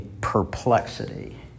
perplexity